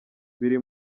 biri